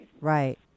Right